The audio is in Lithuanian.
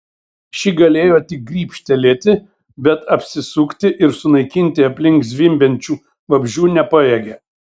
ši galėjo tik grybštelėti bet apsisukti ir sunaikinti aplink zvimbiančių vabzdžių nepajėgė